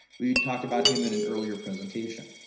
we talked about him in an earlier presentation.